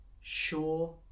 sure